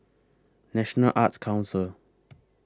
National Arts Council